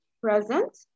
present